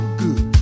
good